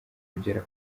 kugera